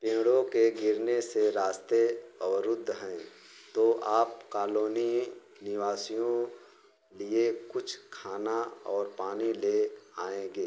पेड़ों के गिरने से रास्ते अवरुद्ध हैं तो आप कॉलोनी निवासियों के लिए कुछ खाना और पानी ले आएँगे